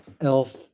Elf